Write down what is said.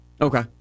Okay